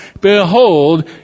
behold